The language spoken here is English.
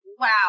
Wow